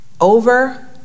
over